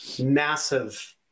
massive